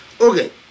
Okay